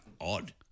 odd